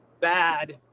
bad